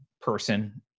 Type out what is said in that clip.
person